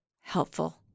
helpful